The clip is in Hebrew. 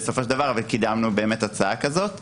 אבל בסופו של דבר קידמנו הצעה כזאת.